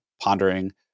pondering